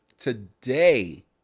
Today